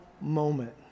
moment